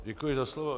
Děkuji za slovo.